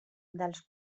dels